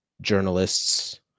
journalists